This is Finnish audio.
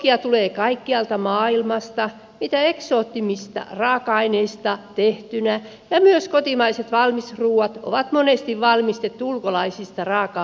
valmisruokia tulee kaikkialta maailmasta mitä eksoottisimmista raaka aineista tehtynä ja myös kotimaiset valmisruuat on monesti valmistettu ulkolaisista raaka aineista